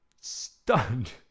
stunned